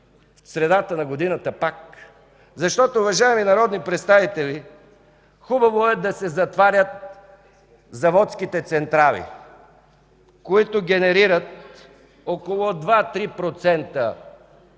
средата на годината пак. Защото, уважаеми народни представители, хубаво е да се затварят заводските централи, които генерират около 2 – 3% от